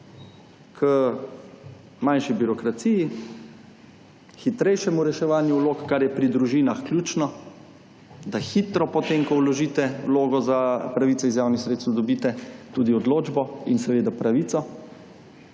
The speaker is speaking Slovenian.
k manjši birokraciji, hitrejšemu reševanju vlog, kar je pri družinah ključno, da hitro, potem, ko vložite vlogo za pravice iz javnih sredstev, dobite tudi odločbo in seveda pravico,